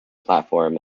platform